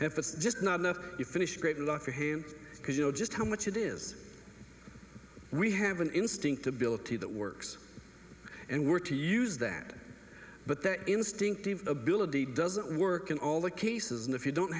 if it's just not enough you finish great love for him because you know just how much it is we have an instinct ability that works and work to use that but that instinctive ability doesn't work in all the cases and if you don't